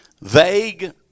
Vague